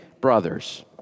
brothers